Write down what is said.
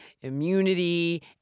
immunity